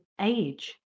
age